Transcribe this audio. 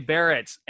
Barrett